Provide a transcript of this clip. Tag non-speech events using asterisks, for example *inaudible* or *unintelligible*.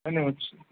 *unintelligible*